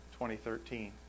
2013